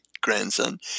grandson